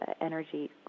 energy